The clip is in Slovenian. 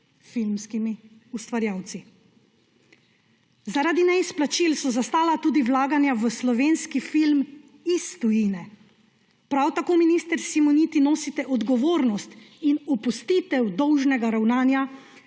filmskimi ustvarjalci. Zaradi neizplačil so zastala tudi vlaganja v slovenski film iz tujine. Prav tako, minister Simoniti, nosite odgovornost in opustitev dolžnega ravnanja